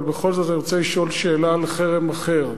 אבל בכל זאת אני רוצה לשאול שאלה על חרם אחר.